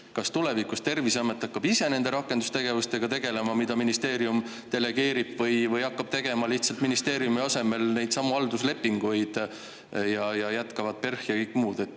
Kas tulevikus Terviseamet hakkab ise nende rakendustegevustega tegelema, mida ministeerium delegeerib, või hakkab tegema lihtsalt ministeeriumi asemel neidsamu halduslepinguid ja jätkavad PERH ja kõik muud?